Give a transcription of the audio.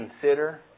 consider